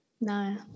no